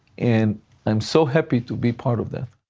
and i'm so happy to be part of that.